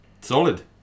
Solid